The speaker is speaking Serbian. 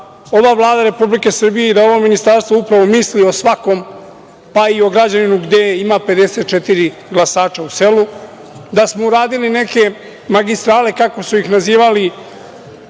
ova Vlada Republike Srbije i ovo ministarstvo misli o svakom pa i o građanima gde ima 54 glasača u selu. Uradili smo neke magistrale, kako su ih nazivali,